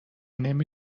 نمی